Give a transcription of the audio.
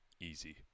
easy